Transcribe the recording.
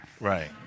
Right